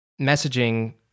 messaging